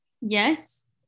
Yes